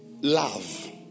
love